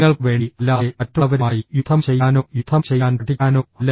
നിങ്ങൾക്ക് വേണ്ടി അല്ലാതെ മറ്റുള്ളവരുമായി യുദ്ധം ചെയ്യാനോ യുദ്ധം ചെയ്യാൻ പഠിക്കാനോ അല്ല